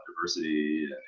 diversity